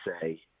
say